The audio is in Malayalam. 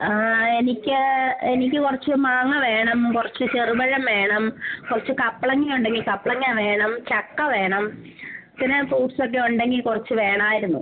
എനിക്ക് എനിക്ക് കുറച്ച് മാങ്ങ വേണം കുറച്ച് ചെറുപഴം വേണം കുറച്ച് കപ്ലങ്ങ ഉണ്ടെങ്കിൽ കപ്ലങ്ങ വേണം ചക്ക വേണം പിന്നെ ഫ്രൂട്ട്സ് ഒക്കെ ഉണ്ടെങ്കിൽ കുറച്ച് വേണമായിരുന്നു